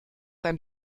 sein